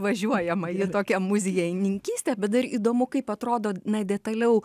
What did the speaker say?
važiuojamą į tokią muziejininkystę bet dar įdomu kaip atrodo na detaliau